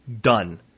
done